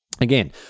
again